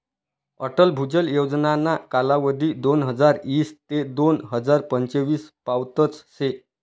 अटल भुजल योजनाना कालावधी दोनहजार ईस ते दोन हजार पंचवीस पावतच शे